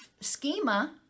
schema